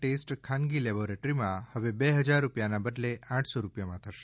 test ખાનગી લેબોરેટરીમાં હવે બે હજાર રૂપિયાના બદલે આઠસો રૂપિયામાં થશે